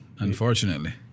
Unfortunately